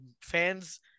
fans